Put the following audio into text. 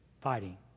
fighting